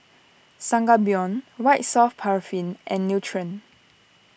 Sangobion White Soft Paraffin and Nutren